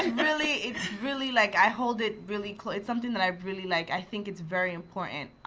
really it's really like i hold it really close. it's something that i really like i think it's very important.